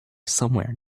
somewhere